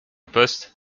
poste